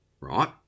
right